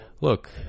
Look